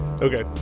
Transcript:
Okay